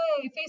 hey